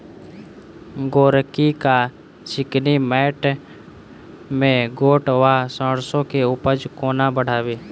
गोरकी वा चिकनी मैंट मे गोट वा सैरसो केँ उपज कोना बढ़ाबी?